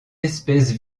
espèce